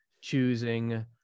choosing